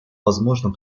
возможным